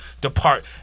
depart